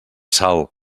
sal